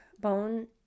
bone